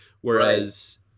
whereas